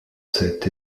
cet